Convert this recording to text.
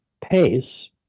Pace